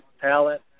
talent